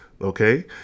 okay